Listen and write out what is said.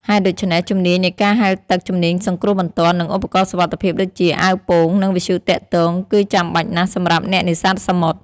ហេតុដូច្នេះ ជំនាញនៃការហែលទឹក ជំនាញសង្គ្រោះបន្ទាន់ និងឧបករណ៍សុវត្ថិភាពដូចជា អាវពោង និងវិទ្យុទាក់ទង គឺចាំបាច់ណាស់សម្រាប់អ្នកនេសាទសមុទ្រ។